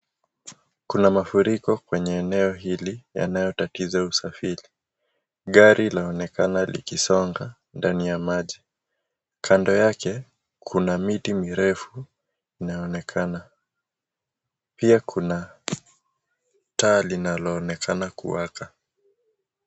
Kuna mafuriko kwenye eneo hili yanayotatiza usafiri. Gari linaonekana likisonga ndani ya maji. Kando yake kuna miti mirefu inaonekana. Pia kuna taa linaonekana kuwaka.